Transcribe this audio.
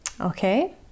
okay